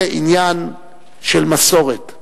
זה עניין של מסורת,